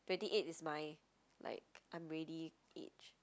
twenty eight is my like I'm ready age